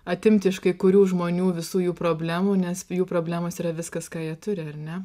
atimt iš kai kurių žmonių visų jų problemų nes jų problemos yra viskas ką jie turi ar ne